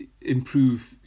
improve